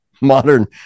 modern